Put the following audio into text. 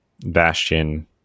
Bastion